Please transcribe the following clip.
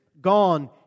Gone